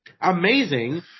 Amazing